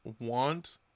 want